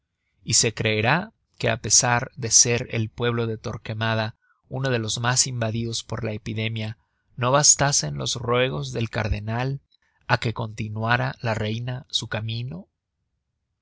y se creerá que á pesar de ser el pueblo de torquemada uno de los mas invadidos por la epidemia no bastasen los ruegos del cardenal á que continuara la reina su camino